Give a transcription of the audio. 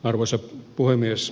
arvoisa puhemies